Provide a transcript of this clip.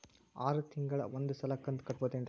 ಆರ ತಿಂಗಳಿಗ ಒಂದ್ ಸಲ ಕಂತ ಕಟ್ಟಬಹುದೇನ್ರಿ?